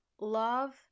love